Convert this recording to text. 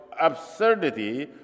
absurdity